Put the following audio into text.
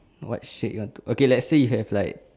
what shirt you want to okay let's say you have like